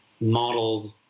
modeled